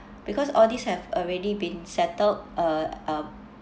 because all these have already been settled uh uh